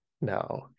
No